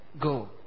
go